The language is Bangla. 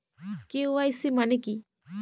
কে.ওয়াই.সি মানে কি?